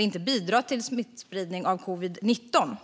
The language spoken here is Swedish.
inte bidra till smittspridning av covid-19.